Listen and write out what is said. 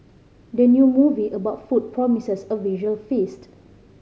the new movie about food promises a visual feast